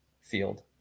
field